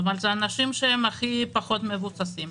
כלומר אלה האנשים שהם הכי פחות מבוססים.